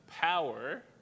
power